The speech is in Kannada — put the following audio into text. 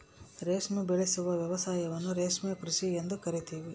ರೇಷ್ಮೆ ಉಬೆಳೆಸುವ ವ್ಯವಸಾಯವನ್ನ ರೇಷ್ಮೆ ಕೃಷಿ ಎಂದು ಕರಿತೀವಿ